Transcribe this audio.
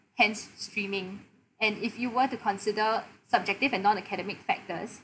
hence streaming and if you were to consider subjective and nonacademic factors